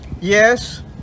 yes